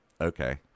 Okay